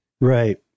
Right